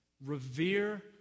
Revere